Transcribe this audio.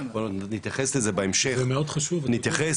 ומאמץ